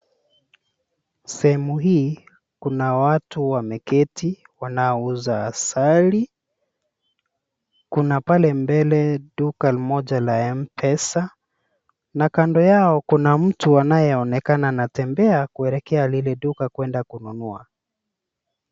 Sehemu hii kuna watu wameketi wanaouza asali. Kuna pale mbele duka moja la M-Pesa na kando yao kuna mtu anayeonekana anatembea kuelekea lile duka kwenda kununua.